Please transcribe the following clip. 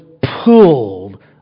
pulled